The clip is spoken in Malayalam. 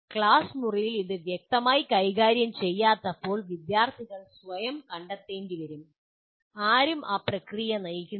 ക്ലാസ് മുറിയിൽ ഇത് വ്യക്തമായി കൈകാര്യം ചെയ്യാത്തപ്പോൾ വിദ്യാർത്ഥികൾ സ്വയം കണ്ടെത്തേണ്ടിവരും ആരും ആ പ്രക്രിയയെ നയിക്കുന്നില്ല